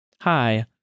Hi